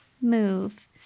move